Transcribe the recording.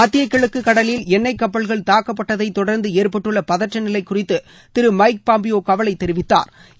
மத்திய கிழக்கு கடலில் எண்ணெய் கப்பல்கள் தாக்கப்பட்டதை தொடர்ந்து ஏற்பட்டுள்ள பதற்ற நிலை குறித்து திரு மைக் பாம்பியோ கவலை தெரிவித்தாா்